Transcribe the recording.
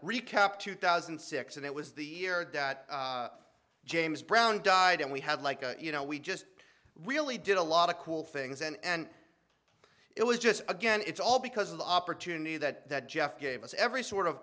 recap two thousand and six and it was the year that james brown died and we had like a you know we just really did a lot of cool things and it was just again it's all because of the opportunity that jeff gave us every sort of